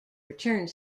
returned